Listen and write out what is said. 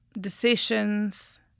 decisions